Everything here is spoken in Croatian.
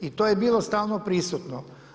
I to je bilo stalno prisutno.